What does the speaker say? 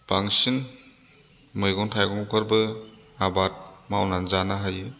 बांसिन मैगं थाइगंफोरबो आबाद मावनानै जानो हायो